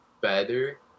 better